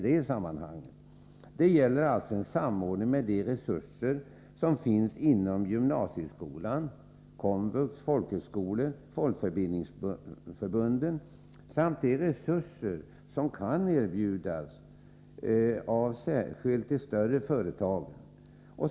Det gäller alltså en samordning med de resurser som finns inom gymnasieskolan, Komvux, folkhögskolor och folkbildningsförbunden samt med de resurser som kan erbjudas av särskilt de större företagen.